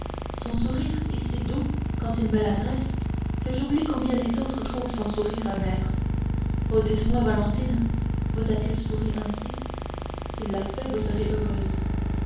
son sourire est si doux quand il me l'adresse que j'oublie combien les autres trouvent son sourire amer oh dites-moi valentine vous a-t-il souri ainsi s'il l'a fait vous serez heureuse